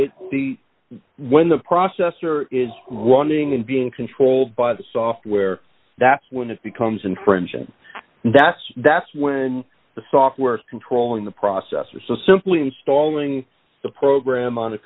that the when the processor is running and being controlled by the software that's when it becomes and friends and that's that's when the software controlling the processor so simply installing the program on